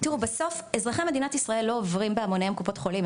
תראו בסוף אזרחי מדינת ישראל לא עוברים בהמונים קופות חולים,